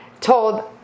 told